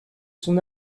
son